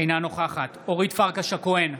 אינה נוכחת אורית פרקש הכהן,